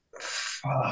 Fuck